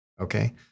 Okay